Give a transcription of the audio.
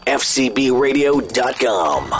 fcbradio.com